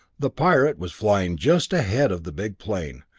the pirate was flying just ahead of the big plane,